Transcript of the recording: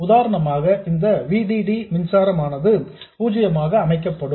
உதாரணமாக இந்த V D D மின்சாரமானது பூஜ்ஜியமாக அமைக்கப்படும்